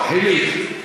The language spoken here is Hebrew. חיליק,